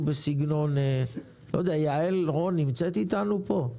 יעל רון נמצאת פה?